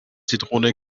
zitrone